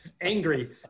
angry